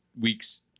week's